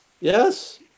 Yes